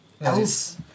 else